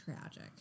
tragic